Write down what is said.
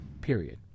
period